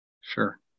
Sure